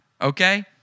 okay